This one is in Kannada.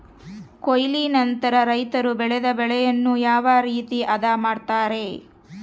ಕೊಯ್ಲು ನಂತರ ರೈತರು ಬೆಳೆದ ಬೆಳೆಯನ್ನು ಯಾವ ರೇತಿ ಆದ ಮಾಡ್ತಾರೆ?